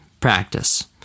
practice